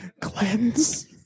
Cleanse